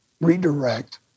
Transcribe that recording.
redirect